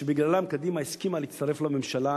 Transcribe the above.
שבגללם היא הסכימה להצטרף לממשלה,